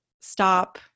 stop